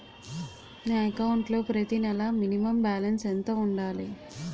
నా అకౌంట్ లో ప్రతి నెల మినిమం బాలన్స్ ఎంత ఉండాలి?